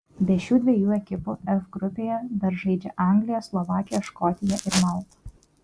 be šių dviejų ekipų f grupėje dar žaidžia anglija slovakija škotija ir malta